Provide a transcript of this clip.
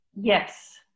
yes